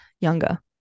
younger